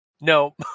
No